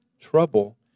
trouble